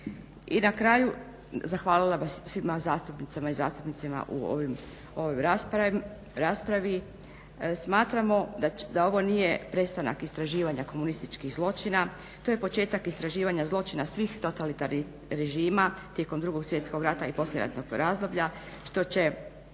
I na kraju, zahvalila bih svima zastupnicama i zastupnicima u ovoj raspravi. Smatramo da ovo nije prestanak istraživanja komunističkih zločina. To je početak istraživanja zločina svih totalitarnih režima tijekom Drugog svjetskog rata i poslijeratnog razdoblja što će